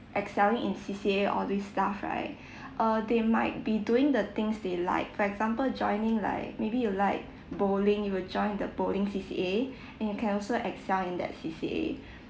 excelling in C_C_A all these stuff right uh they might be doing the things they like for example joining like maybe you like bowling you will join the bowling C_C_A and you can also excel in that C_C_A